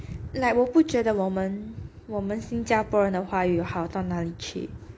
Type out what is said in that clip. like 我不觉得我们我们新加坡人的华语有好到哪里去